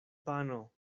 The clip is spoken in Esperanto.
pano